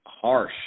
harsh